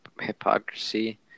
hypocrisy